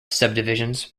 subdivisions